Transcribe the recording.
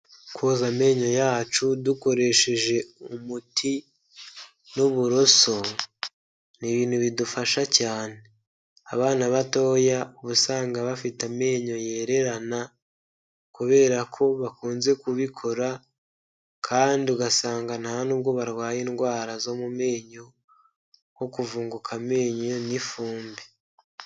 Koza amenyo yacu dukoresheje umuti n'uburoso, ni ibintu bidufasha cyane abana batoya, ubusanga bafite amenyo yererana kubera ko bakunze kubikora kandi ugasanga nta n'ubwo barwaye indwara zo mu menyo nko kuvunguka amenyo n'ifumbi.